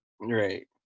Right